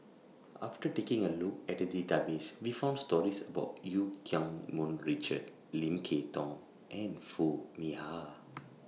after taking A Look At The Database We found stories about EU Keng Mun Richard Lim Kay Tong and Foo Mee Har